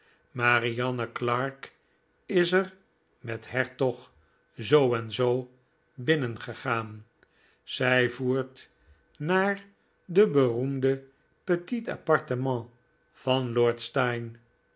marianne clarke is er met hertog binnengegaan zij voert naar de beroemde petits appartements van lord steyne